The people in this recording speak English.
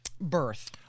birth